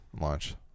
launch